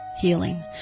healing